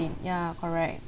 ya correct